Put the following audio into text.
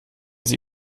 sie